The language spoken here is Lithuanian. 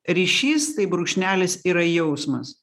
ryšys tai brūkšnelis yra jausmas